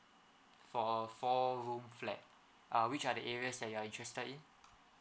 for a four room flat uh which are the areas that you are interested in